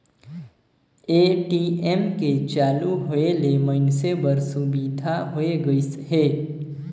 ATM के चालू होय ले मइनसे बर सुबिधा होय गइस हे